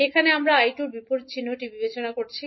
এখানে আমরা 𝐈2 এর বিপরীত চিহ্নটি বিবেচনা করছি